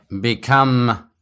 Become